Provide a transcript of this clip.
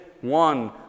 one